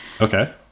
okay